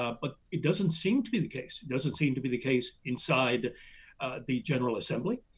ah but it doesn't seem to be the case. it doesn't seem to be the case inside the general assembly.